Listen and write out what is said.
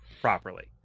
properly